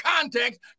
context